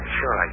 sure